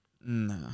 No